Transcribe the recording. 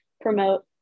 promote